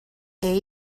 ann